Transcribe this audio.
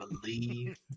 believe